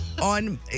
on